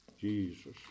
Jesus